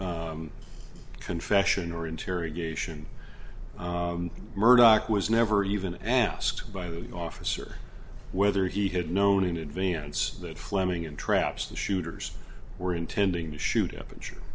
confession or interrogation murdock was never even asked by the officer whether he had known in advance that fleming entraps the shooters were intending to shoot up and